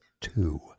Two